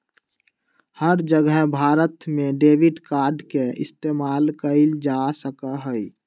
हर जगह भारत में debit card के इस्तेमाल कइल जा सका हई